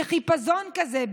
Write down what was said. בחיפזון כזה,